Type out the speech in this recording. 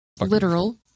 Literal